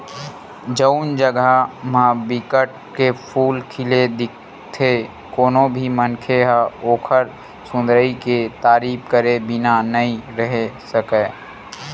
जउन जघा म बिकट के फूल खिले दिखथे कोनो भी मनखे ह ओखर सुंदरई के तारीफ करे बिना नइ रहें सकय